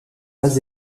pas